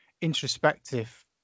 introspective